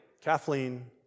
Kathleen